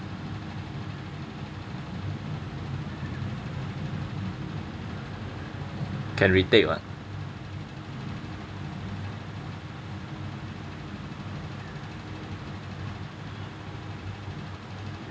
can retake [what]